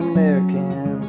American